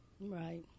Right